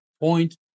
point